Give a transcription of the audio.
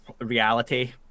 reality